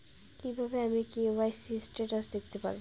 কিভাবে আমি KYC status দেখতে পারবো?